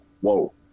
whoa